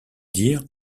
dire